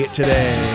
today